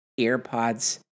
AirPods